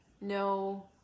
No